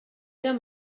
érem